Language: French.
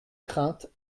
crainte